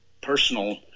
personal